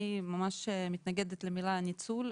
אני מתנגדת למילה ניצול,